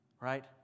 right